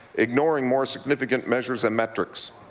ignoring more significant measures and metrics.